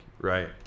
right